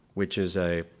which is a